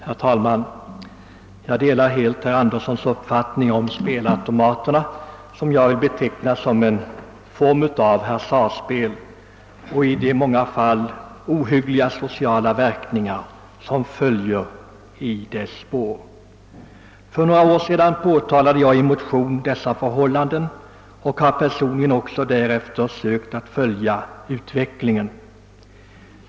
Herr talman! Jag delar helt herr Anderssons i Örebro uppfattning om spelautomater, vilka jag vill beteckna som en form av hasardspel med i många fall sociala verkningar som följd. För några år sedan påtalade jag i en motion dessa förhållanden och har personligen också därefter sökt att följa utvecklingen.